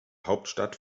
hauptstadt